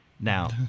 Now